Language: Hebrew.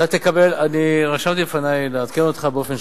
אתה פשוט הקדמת את השאלה, לפני שסיימנו את העבודה.